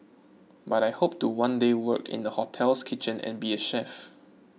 but I hope to one day work in the hotel's kitchen and be a chef